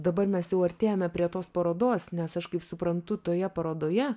dabar mes jau artėjame prie tos parodos nes aš kaip suprantu toje parodoje